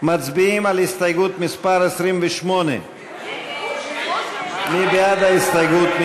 מצביעים על הסתייגות מס' 28. מי בעד ההסתייגות?